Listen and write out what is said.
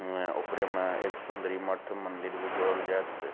ओकरेमे एक सुन्दरी मठ मन्दिर भी जोड़ल जएत